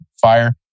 fire